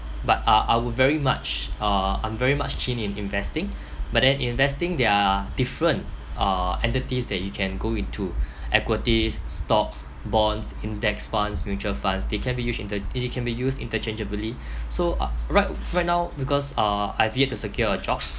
but I I would very much uh I'm very much chained in investing but then investing there are different uh entities that you can go into equities stocks bonds index funds mutual funds they can be used inter~ they can be used interchangeably so uh right right now because uh I've yet to secure a job